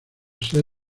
seis